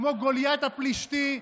כמו גוליית הפלישתי,